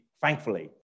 Thankfully